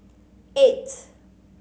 eight